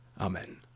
Amen